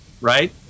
Right